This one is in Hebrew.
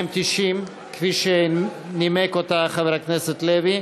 290, כפי שנימק אותה חבר הכנסת לוי.